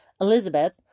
Elizabeth